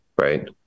Right